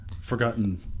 forgotten